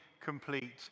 complete